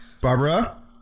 Barbara